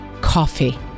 Coffee